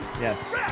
Yes